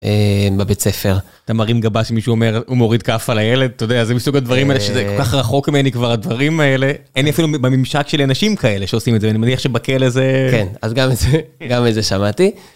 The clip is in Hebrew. בבית ספר. אתה מרים גבה שמישהו אומר, הוא מוריד כאפה לילד, אתה יודע, זה מסוג הדברים האלה שזה כל כך רחוק ממני כבר הדברים האלה, אין אפילו בממשק שלי אנשים כאלה שעושים את זה, אני מניח שבכלא זה... כן, אז גם את זה, גם את זה שמעתי.